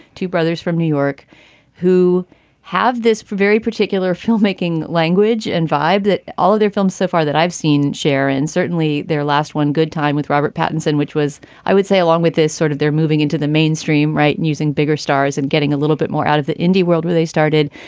two brothers from new york who have this very particular filmmaking, language and vibe that all of their films so far that i've seen share. and certainly their last one good time with robert pattinson, which was i would say along with this sort of they're moving into the mainstream right, and using bigger stars and getting a little bit more out of the indie world where they started.